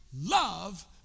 love